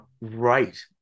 right